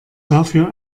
dafür